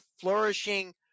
flourishing